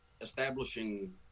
establishing